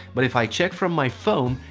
but if i check from my phone,